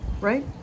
right